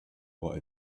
what